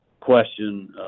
question